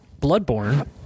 Bloodborne